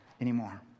anymore